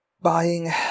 buying